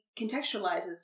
contextualizes